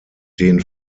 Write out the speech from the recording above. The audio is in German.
den